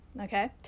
okay